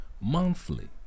monthly